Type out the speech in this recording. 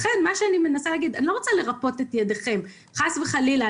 אני לא רוצה לרפות את ידיכם חס וחלילה,